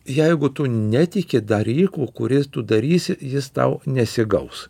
jeigu tu netiki daryku kurį tu darysi jis tau nesigaus